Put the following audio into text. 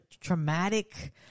traumatic